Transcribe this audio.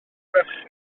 mercher